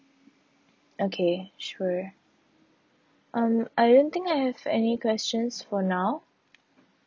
okay sure um I don't think I have any questions for now